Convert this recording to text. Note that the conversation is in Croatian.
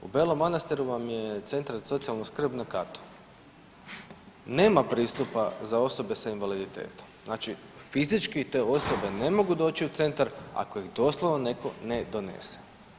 U Belom Manastiru vam je centar za socijalnu skrb na katu, nema pristupa za osobe sa invaliditetom, znači fizički te osobe ne mogu doći u centar ako ih doslovno netko ne donese.